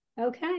Okay